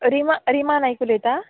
रिमा रिमा नायक उलयता